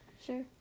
sure